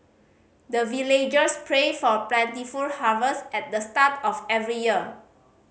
the villagers pray for plentiful harvest at the start of every year